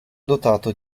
dotato